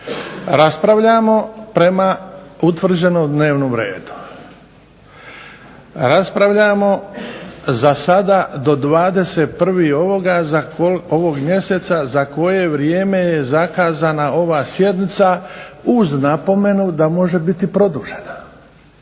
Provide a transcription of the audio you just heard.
raspravljamo prema utvrđenom dnevnom redu, raspravljamo za sada do 21. ovoga mjeseca za koje vrijeme je zakazana ova sjednica uz napomenu da može biti produžena,